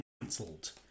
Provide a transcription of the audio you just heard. cancelled